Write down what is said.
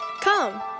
Come